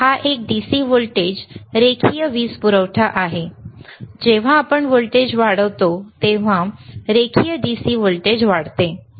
हा एक DC voltage रेखीय वीज पुरवठा आहे जेव्हा आपण व्होल्टेज वाढवतो तेव्हा रेखीय DC व्होल्टेज वाढते